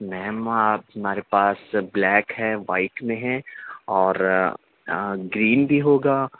میم ہمارے پاس بلیک ہے وہائٹ میں ہے اور گرین بھی ہوگا